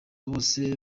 bose